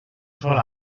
sol